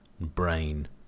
brain